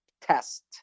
test